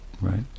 right